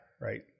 Right